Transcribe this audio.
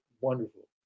wonderful